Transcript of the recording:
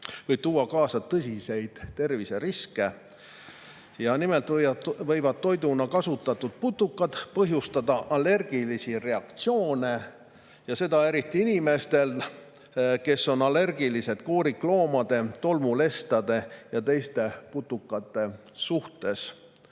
võib tuua kaasa tõsiseid terviseriske. Nimelt võivad toiduna [tarbitud] putukad põhjustada allergilisi reaktsioone ja seda eriti inimestel, kes on allergilised koorikloomade, tolmulestade ja teiste putukate suhtes.